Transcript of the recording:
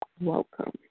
Welcome